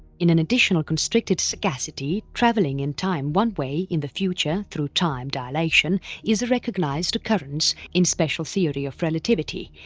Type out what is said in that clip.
in an additional constricted sagacity travelling in time one-way in the future through time dilation is a recognized occurrence in special theory of relativity,